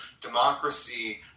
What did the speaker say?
democracy